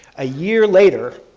a year later,